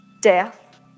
Death